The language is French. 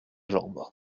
jambe